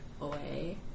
away